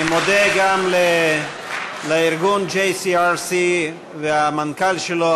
אני מודה גם לארגון JCRC והמנכ"ל שלו,